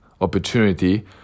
opportunity